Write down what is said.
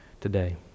today